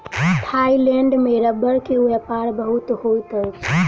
Thailand में रबड़ के व्यापार बहुत होइत अछि